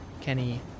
Kenny